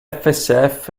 fsf